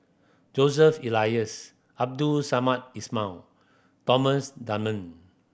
Joseph Elias Abdul Samad Ismail Thomas Dunman